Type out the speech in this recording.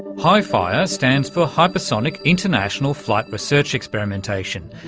hifire stands for hypersonic international flight research experimentation.